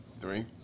three